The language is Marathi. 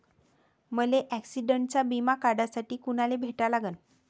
मले ॲक्सिडंटचा बिमा काढासाठी कुनाले भेटा लागन?